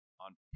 on